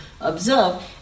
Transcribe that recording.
observe